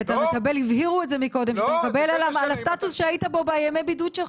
הבהירו קודם שתקבל על הסטטוס שהיית בו בימי הבידוד שלך.